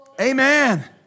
Amen